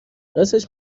راستش